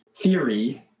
theory